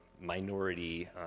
minority